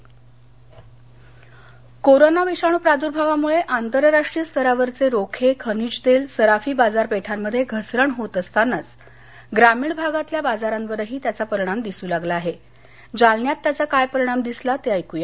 corona ग्रामिण बाजारावर परिणाम कोरोना विषाणू प्रादूर्भावामुळे आंतरराष्ट्रीय स्तरावरचे रोखे खनिज तेल सराफी बाजारपेठांमध्ये घसरण होत असतानाच ग्रामीण भागातल्या बाजारांवरही त्याचा परिणाम दिसू लागला आहे जालन्यात त्याचा काय परिणाम दिसला ते ऐकूया